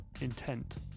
intent